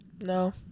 No